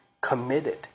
committed